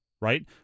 right